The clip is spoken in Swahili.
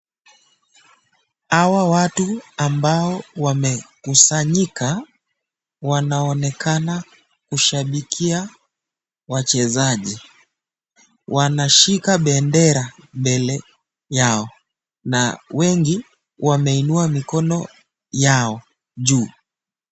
Hawa watu ambao wamekusanyika wanaonekana kushabikia wachezaji. Wanashika bendera mbele yao wengi wameinua mikono yao juu.